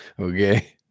Okay